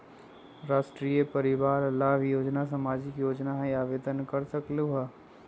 राष्ट्रीय परिवार लाभ योजना सामाजिक योजना है आवेदन कर सकलहु?